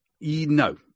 No